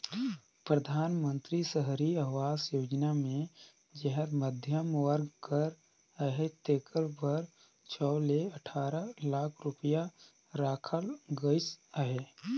परधानमंतरी सहरी आवास योजना मे जेहर मध्यम वर्ग कर अहे तेकर बर छव ले अठारा लाख रूपिया राखल गइस अहे